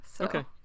Okay